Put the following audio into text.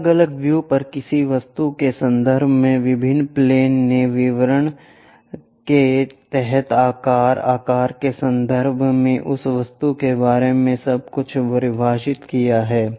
अलग अलग व्यू पर किसी वस्तु के संदर्भ में विभिन्न प्लेन ने विवरण के तहत आकार आकार के संदर्भ में उस वस्तु के बारे में सब कुछ परिभाषित किया है